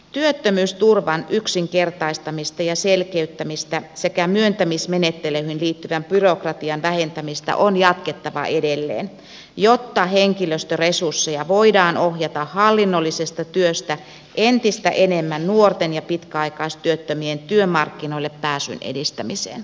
työttömyysturvan yksinkertaistamista ja selkeyttämistä sekä myöntämismenettelyihin liittyvän byrokratian vähentämistä on jatkettava edelleen jotta henkilöstöresursseja voidaan ohjata hallinnollisesta työstä entistä enemmän nuorten ja pitkäaikaistyöttömien työmarkkinoille pääsyn edistämiseen